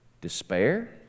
Despair